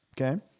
Okay